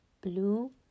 blue